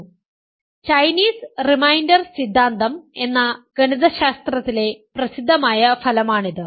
"Chinese remainder സിദ്ധാന്തം" എന്ന ഗണിതശാസ്ത്രത്തിലെ പ്രസിദ്ധമായ ഫലമാണിത്